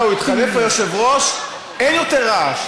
זהו, התחלף היושב-ראש, אין יותר רעש.